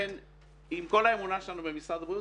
עם כל האמונה שלנו במשרד הבריאות,